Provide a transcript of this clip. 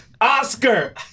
Oscar